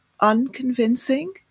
unconvincing